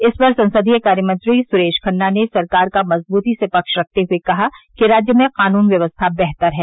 इस पर संसदीय कार्यमंत्री सुरेश खन्ना ने सरकार का मजबूती से पक्ष रखते हए कहा कि राज्य में कानून व्यवस्था बेहतर है